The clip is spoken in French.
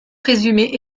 présumée